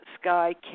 Sky